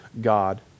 God